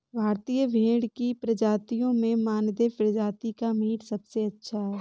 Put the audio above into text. भारतीय भेड़ की प्रजातियों में मानदेय प्रजाति का मीट सबसे अच्छा होता है